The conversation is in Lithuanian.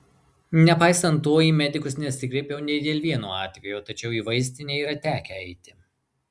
nepaisant to į medikus nesikreipiau nei dėl vieno atvejo tačiau į vaistinę yra tekę eiti